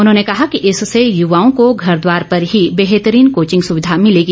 उन्होंने कहा कि इससे यूवाओं को घर द्वार पर ही बेहतरीन कोचिंग सुविधा मिलेगी